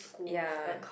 ya